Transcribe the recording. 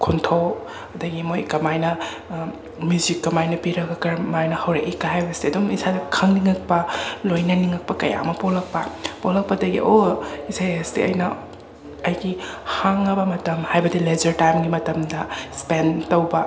ꯈꯣꯟꯊꯣꯛ ꯑꯗꯒꯤ ꯃꯣꯏ ꯀꯃꯥꯏꯅ ꯃ꯭ꯌꯨꯖꯤꯛ ꯀꯃꯥꯏꯅ ꯄꯤꯔꯒ ꯀꯔꯝꯃꯥꯏꯅ ꯍꯧꯔꯛꯏ ꯀ ꯍꯥꯏꯕꯁꯦ ꯑꯗꯨꯝ ꯏꯁꯥꯗ ꯈꯪꯅꯤꯡꯉꯛꯄ ꯂꯣꯏꯅꯅꯤꯡꯉꯛꯄ ꯀꯌꯥ ꯑꯃ ꯄꯣꯛꯂꯛꯄ ꯄꯣꯛꯂꯛꯄꯗꯒꯤ ꯑꯣ ꯏꯁꯩ ꯑꯁꯤ ꯑꯩꯅ ꯑꯩꯒꯤ ꯍꯥꯡꯉꯕ ꯃꯇꯝ ꯍꯥꯏꯕꯗꯤ ꯂꯦꯖꯔ ꯇꯥꯏꯝꯒꯤ ꯃꯇꯝꯗ ꯁ꯭ꯄꯦꯟ ꯇꯧꯕ